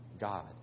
God